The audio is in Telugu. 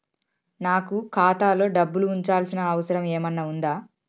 నాకు ఖాతాలో డబ్బులు ఉంచాల్సిన అవసరం ఏమన్నా ఉందా?